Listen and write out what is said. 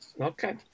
Okay